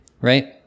right